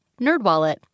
NerdWallet